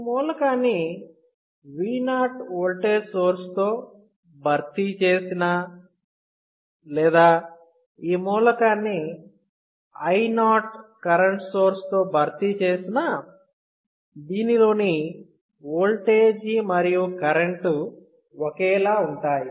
ఈ మూలకాన్ని V 0 voltage source తో భర్తీ చేసినా లేదా ఈ మూలకాన్ని I 0 కరెంట్ సోర్స్ తో భర్తీ చేసినా దీనిలోని వోల్టేజీ మరియు కరెంటు ఒకేలా ఉంటాయి